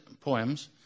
poems